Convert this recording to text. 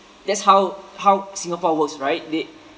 that's how how Singapore works right they